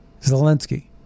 Zelensky